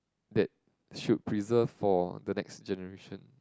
that should preserve for the next generation